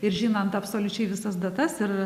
ir žinant absoliučiai visas datas ir